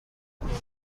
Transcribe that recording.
دنبال